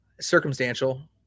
circumstantial